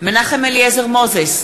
מנחם אליעזר מוזס,